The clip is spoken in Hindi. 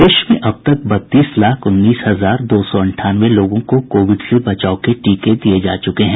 प्रदेश में अब तक बत्तीस लाख उन्नीस हजार दो सौ अंठानवे लोगों को कोविड से बचाव के टीके दिये जा चुके हैं